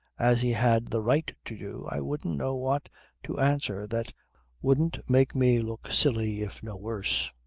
as he had the right to do, i wouldn't know what to answer that wouldn't make me look silly if no worse.